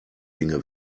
dinge